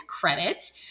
credit